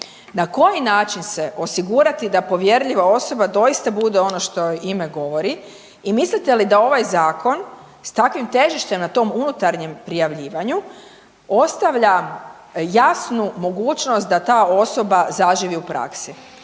Na koji način se osigurati da povjerljiva osoba doista bude ono što ime govori. I mislite li da ovaj zakon s takvim težištem na tom unutarnjem prijavljivanju ostavlja jasnu mogućnost da ta osoba zaživi u praksi?